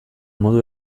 modu